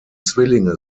zwillinge